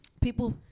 People